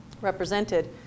represented